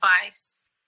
advice